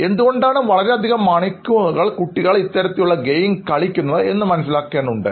എന്തുകൊണ്ടാണ് വളരെ അധികം മണിക്കൂറുകൾ കുട്ടികൾ ഇത്തരത്തിലുള്ള ഗെയിം കളിക്കുന്നത് എന്നത് മനസ്സിലാക്കേണ്ടതുണ്ട്